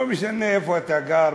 לא משנה איפה אתה גר,